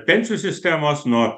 pensijų sistemos nuo